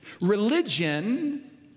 Religion